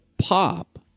pop